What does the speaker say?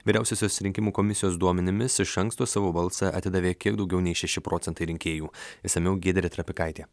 vyriausiosios rinkimų komisijos duomenimis iš anksto savo balsą atidavė kiek daugiau nei šeši procentai rinkėjų išsamiau giedrė trepikaitė